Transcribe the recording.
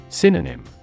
Synonym